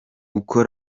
uko